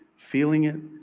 feeling it,